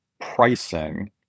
pricing